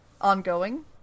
ongoing